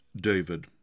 David